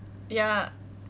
ya